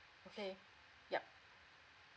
okay yup